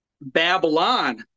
Babylon